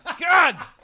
god